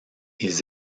ils